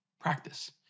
practice